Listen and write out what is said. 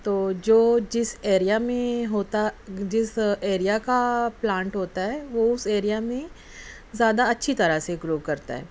تو جو جس ایریا میں ہوتا جس ایریا کا پلانٹ ہوتا ہے وہ اس ایریا میں زیادہ اچھی طرح سے گرو کرتا ہے